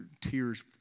tears